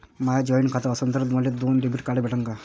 माय joint खातं असन तर मले दोन डेबिट कार्ड भेटन का?